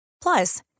Plus